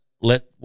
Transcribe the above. let